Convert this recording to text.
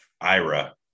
IRA